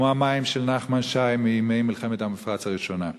כמו המים של נחמן שי מימי מלחמת המפרץ הראשונה.